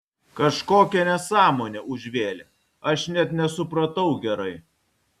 kažkokią nesąmonę užvėlė aš net nesupratau gerai